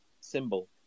symbol